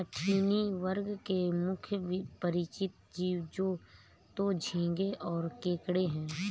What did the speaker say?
कठिनी वर्ग के मुख्य परिचित जीव तो झींगें और केकड़े हैं